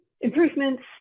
improvements